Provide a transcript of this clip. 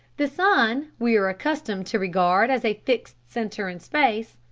the sun we are accustomed to regard as a fixed center in space,